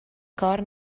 کار